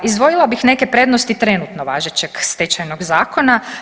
Izdvojila bih neke prednosti trenutno važećeg Stečajnog zakona.